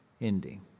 ending